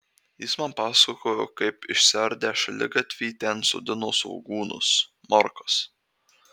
jis man pasakojo kaip išsiardę šaligatvį ten sodino svogūnus morkas